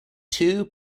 two